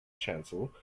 chancel